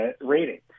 rating